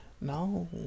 No